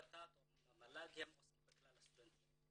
ות"ת או המל"ג עוסקים בכלל הסטודנטים.